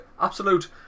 Absolute